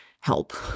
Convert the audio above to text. help